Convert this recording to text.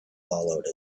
followed